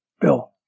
Bill